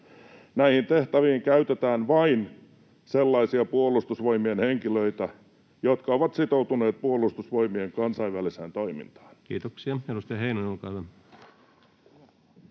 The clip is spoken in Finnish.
näihin tehtäviin käytetään vain sellaisia Puolustusvoi-mien henkilöitä, jotka ovat sitoutuneet Puolustusvoimien kansainväliseen toimintaan. Kiitoksia. — Edustaja Heinonen, olkaa hyvä.